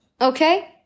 Okay